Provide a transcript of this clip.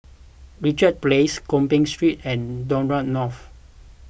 Richards Place Gopeng Street and Dock Road North